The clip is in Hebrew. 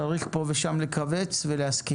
ואנחנו צריכים לתמרץ את האנשים האלה ולכן אנחנו נאפשר